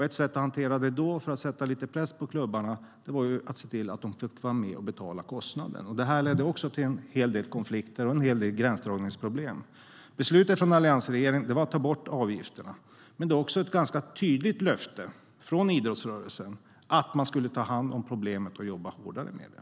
Ett sätt att hantera det då, för att sätta lite press på klubbarna, var att se till att de fick vara med och betala kostnaden. Det ledde till en hel del konflikter och en hel del gränsdragningsproblem. Beslutet från alliansregeringen var att ta bort avgifterna, men det var också ett ganska tydligt löfte från idrottsrörelsen att man skulle ta hand om problemet och jobba hårdare med det.